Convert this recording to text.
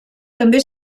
també